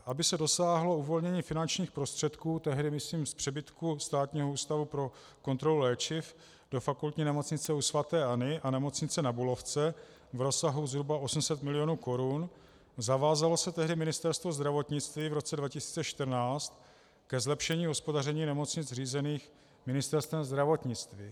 Aby se dosáhlo uvolnění finančních prostředků tehdy, myslím, z přebytku Státního ústavu pro kontrolu léčiv do Fakultní nemocnice u sv. Anny a Nemocnice na Bulovce v rozsahu zhruba 800 mil. korun, zavázalo se tehdy Ministerstvo zdravotnictví v roce 2014 ke zlepšení hospodaření nemocnic řízených Ministerstvem zdravotnictví.